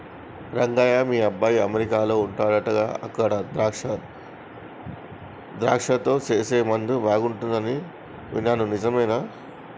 రంగయ్య మీ అబ్బాయి అమెరికాలో వుండాడంటగా అక్కడ ద్రాక్షలతో సేసే ముందు బాగుంటది అని విన్నాను నిజమేనా